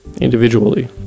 individually